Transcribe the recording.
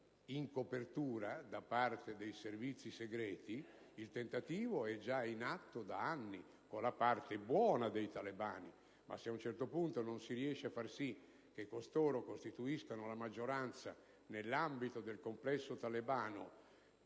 in copertura da parte dei servizi segreti è già in atto da anni con la parte buona dei talebani; ma se ad un certo punto non si riesce a far sì che costoro costituiscano una maggioranza nell'ambito del complesso talebano,